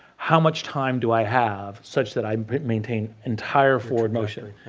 how much time do i have, such that i maintain entire forward motion?